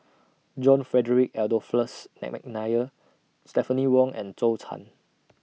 John Frederick Adolphus Mcnair Stephanie Wong and Zhou Can